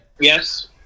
Yes